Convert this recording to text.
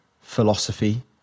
philosophy